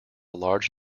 large